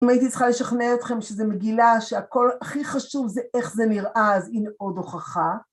אם הייתי צריכה לשכנע אתכם שזה מגילה שהכל הכי חשוב זה איך זה נראה, אז הנה עוד הוכחה.